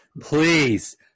please